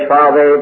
Father